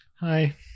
Hi